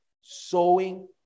sowing